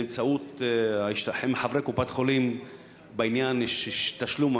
לחברי קופת-חולים בעניין יש תשלום,